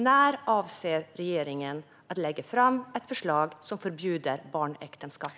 När avser regeringen att lägga fram ett förslag som förbjuder barnäktenskap?